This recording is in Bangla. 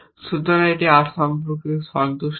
সুতরাং এটি R সম্পর্ককে সন্তুষ্ট করে